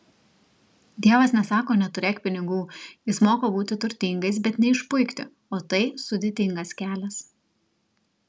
dievas nesako neturėk pinigų jis moko būti turtingais bet neišpuikti o tai sudėtingas kelias